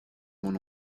mon